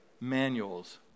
manuals